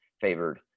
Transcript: favored